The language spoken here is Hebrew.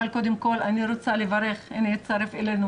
אבל אני רוצה לברך והנה הצטרף אלינו